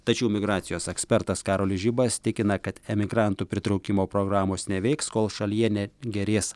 tačiau migracijos ekspertas karolis žibas tikina kad emigrantų pritraukimo programos neveiks kol šalyje ne gerės